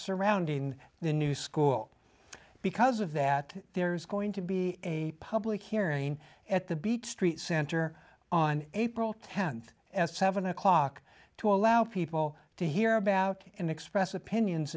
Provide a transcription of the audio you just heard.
surrounding the new school because of that there's going to be a public hearing at the beach street center on april th and seven o'clock to allow people to hear about him express opinions